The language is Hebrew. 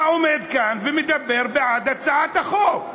אתה עומד כאן ומדבר בעד הצעת החוק,